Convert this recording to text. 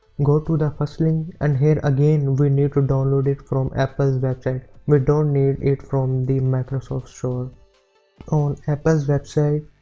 go to the first link and here again we need to download it from apple's website we don't need it from the microsoft store on apple's website,